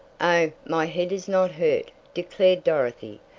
oh, my head is not hurt, declared dorothy,